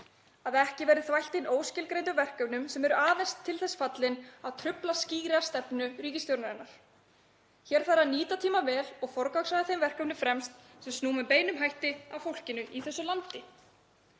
að ekki verði þvælt inn óskilgreindum verkefnum sem eru aðeins til þess fallin að trufla skýra stefnu ríkisstjórnarinnar. Hér þarf að nýta tímann vel og forgangsraða þeim verkefnum fremst sem snúa með beinum hætti að fólkinu í þessu landi.